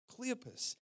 Cleopas